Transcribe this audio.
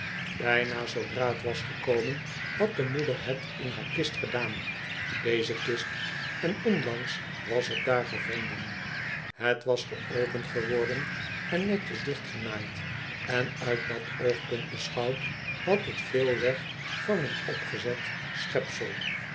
bijna zoodra het was gekomen had de moeder het in haar kist gedaan deze kist en onlangs was het daar gevonden het was geopend geworden en netjes dichtgenaaid en uit dat oogpunt beschouwd had het veel weg van een opgezet